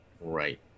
right